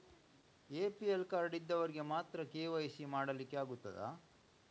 APL card ಇದ್ದವರಿಗೆ ಮಾತ್ರ KYC ಮಾಡಲಿಕ್ಕೆ ಆಗುತ್ತದಾ?